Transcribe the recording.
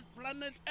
planet